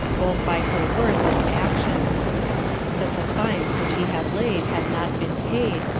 both by her words and actions that the fines which he had laid had not been paid,